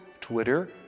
Twitter